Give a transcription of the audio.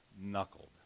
knuckled